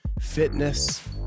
fitness